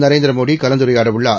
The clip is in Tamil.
நரேந்திரமோடி கலந்துரையாட உள்ளார்